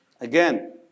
Again